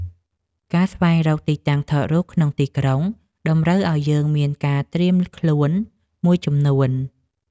ការស្វែងរកទីតាំងថតរូបក្នុងទីក្រុង តម្រូវឲ្យយើងមានការត្រៀមខ្លួនមួយចំនួន។